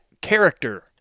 character